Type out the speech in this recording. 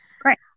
Great